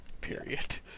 period